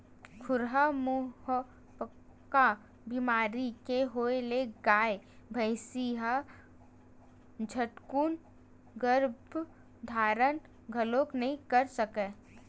खुरहा मुहंपका बेमारी के होय ले गाय, भइसी ह झटकून गरभ धारन घलोक नइ कर सकय